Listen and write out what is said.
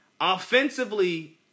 Offensively